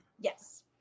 Yes